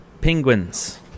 penguins